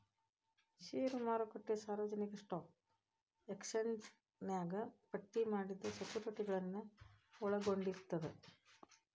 ಷೇರು ಮಾರುಕಟ್ಟೆ ಸಾರ್ವಜನಿಕ ಸ್ಟಾಕ್ ಎಕ್ಸ್ಚೇಂಜ್ನ್ಯಾಗ ಪಟ್ಟಿ ಮಾಡಿದ ಸೆಕ್ಯುರಿಟಿಗಳನ್ನ ಒಳಗೊಂಡಿರ್ತದ